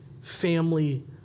family